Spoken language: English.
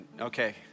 Okay